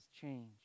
change